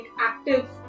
active